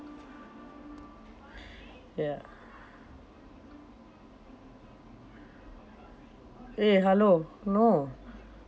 ya eh hello no